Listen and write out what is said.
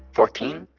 fourteen.